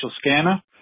scanner